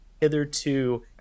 Hitherto